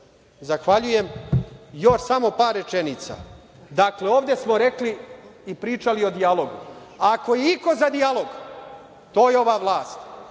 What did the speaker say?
Zahvaljujem, još samo par rečenica. Dakle, ovde smo rekli i pričali o dijalogu. Ako je iko za dijalog, to je ova vlast.